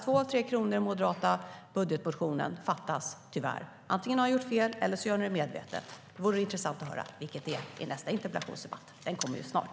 Två av tre kronor i den moderata budgetmotionen fattas tyvärr. Antingen har ni gjort fel, eller så har ni gjort det medvetet. Det skulle vara intressant att få höra vilket av dessa det är i nästa interpellationsdebatt. Den kommer ju snart.